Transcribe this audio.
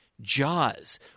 Jaws